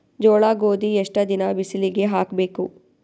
ಜೋಳ ಗೋಧಿ ಎಷ್ಟ ದಿನ ಬಿಸಿಲಿಗೆ ಹಾಕ್ಬೇಕು?